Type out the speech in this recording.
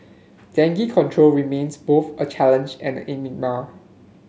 dengue control remains both a challenge and a enigma